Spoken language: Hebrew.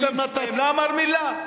לא אמר מלה.